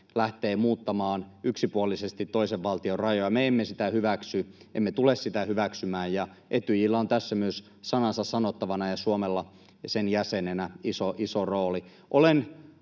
lähtee muuttamaan yksipuolisesti toisen valtion rajoja. Me emme sitä hyväksy emmekä tule sitä hyväksymään, ja Etyjillä on tässä myös sanansa sanottavana ja Suomella sen jäsenenä iso rooli.